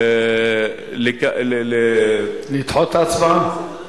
להיפך, זה ישפר את השירות,